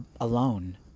alone